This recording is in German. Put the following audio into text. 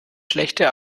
schlechte